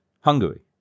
Hungary